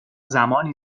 زمانی